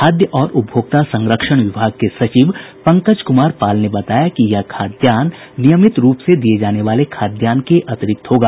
खाद्य और उपभोक्ता संरक्षण विभाग के सचिव पंकज कुमार पाल ने बताया कि यह खाद्यान्न नियमित रूप से दिये जाने वाले खाद्यान्न के अतिरिक्त होगा